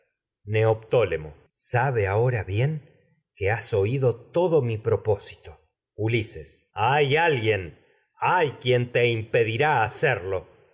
neoptólemo mi sabe ahora bien que has oído todo propósito ulises cerlo hay alguien hay quien te impedirá ha